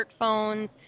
smartphones